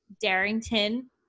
Darrington